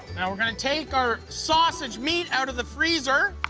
now we're gonna take our sausage meat out of the freezer.